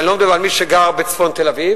ואני לא מדבר על מי שגר בצפון תל-אביב,